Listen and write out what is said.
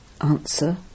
Answer